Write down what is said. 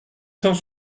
cent